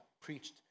preached